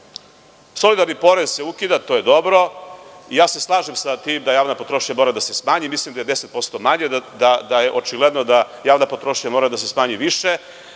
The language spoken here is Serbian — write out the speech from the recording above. „Jumkom“?Solidarni porez se ukida. To je dobro. Slažem sa tim da javna potrošnja mora da se smanji. Mislim da je 10% manja, da je očigledno da javna potrošnja mora da se smanji više.